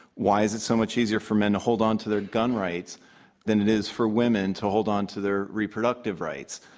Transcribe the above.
why is it so much easier for men to hold onto their gun rights than it is for women to hold onto their reproductive rights?